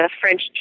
French